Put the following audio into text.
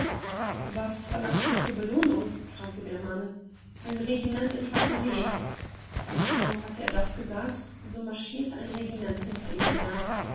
was verlangst du zur belohnung fragte der mann ein regiment infanterie und kaum hatte er das gesagt so marschirte ein regiment hinter ihm her